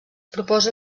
proposa